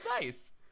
nice